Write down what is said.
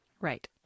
right